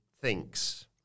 thinks